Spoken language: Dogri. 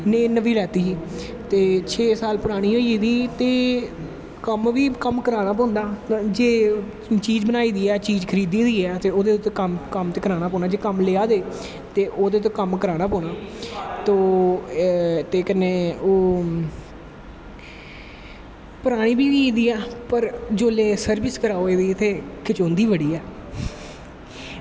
नमीं लैत्ती ही ते छे साल पुरानी होई गेदी ते कम्म बी कम्म करानां पौंदा जे चीज़ बनाई दी ऐ चीज़ खरीदी दी ऐ ते कम्म ते करानां गै पौनां जे ते ओह्दा ते कम्म करानां गै पौनां तो कन्नै ओह् परानी होई दी ऐ पर सर्विस कराओ जिसले ते खचोंदी बड़ी ऐ